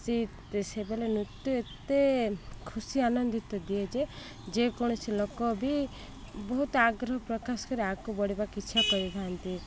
ସେ ସେବେଳେ ନୃତ୍ୟ ଏତେ ଖୁସି ଆନନ୍ଦିତ ଦିଏ ଯେ ଯେକୌଣସି ଲୋକ ବି ବହୁତ ଆଗ୍ରହ ପ୍ରକାଶ କରି ଆଗକୁ ବଢ଼ିବା ଇଚ୍ଛା କରିଥାନ୍ତି